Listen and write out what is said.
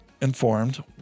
informed